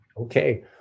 Okay